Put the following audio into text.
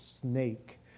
snake